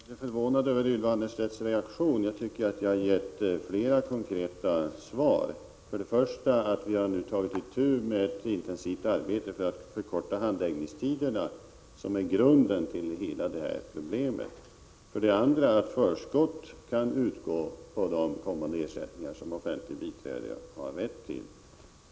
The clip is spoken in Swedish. Herr talman! Jag är förvånad över Ylva Annerstedts reaktion. Jag tycker att jag har gett flera konkreta svar. För det första har vi intensivt tagit itu med uppgiften att förkorta handläggningstiderna, vilkas längd orsakar hela detta problem. För det andra kan förskott utgå på de kommande ersättningar som offentligt biträde har rätt till.